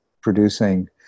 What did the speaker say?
producing